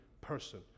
person